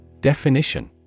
Definition